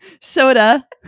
soda